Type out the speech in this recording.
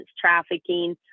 trafficking